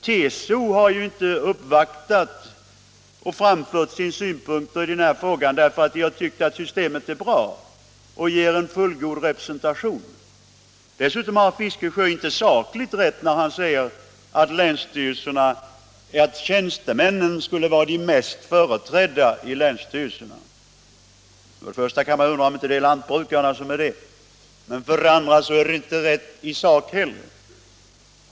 TCO har ju inte uppvaktat och framfört sina synpunkter i den här frågan därför att organisationen tyckt att systemet är bra och ger en fullgod representation. Dessutom har herr Fiskesjö inte sakligt rätt när han säger att tjänstemännen skulle vara den mest företrädda kategorin i länsstyrelserna. För det första kan man ju undra om det inte är lantbrukarna som är bäst företrädda och för det andra är påståendet inte riktigt i sak heller.